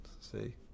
see